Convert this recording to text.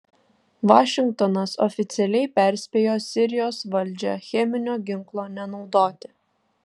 vašingtonas oficialiai perspėjo sirijos valdžią cheminio ginklo nenaudoti